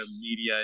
media